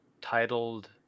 titled